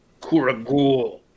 Kuragul